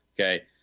Okay